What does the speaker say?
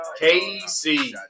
KC